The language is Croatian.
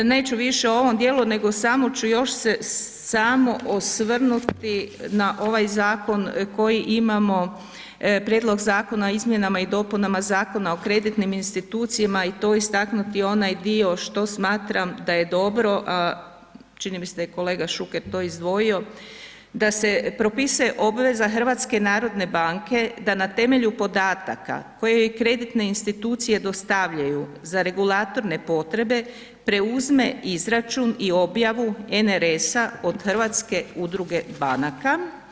Neću više o ovom djelu, nego samo ću još se samo osvrnuti na ovaj zakon koji imamo Prijedlog Zakona o izmjenama i dopunama Zakona o kreditnim institucijama i to istaknuti onaj dio što smatram da je dobro, čini mi se da je i kolega Šuker to izdvojio, da se propisuje obveza HNB da na temelju podataka koje i kreditne institucije dostavljaju za regulatorne potrebe preuzme izračun i objavu NRS-a od Hrvatske udruge banaka.